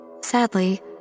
Sadly